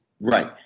right